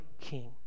king